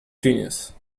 genius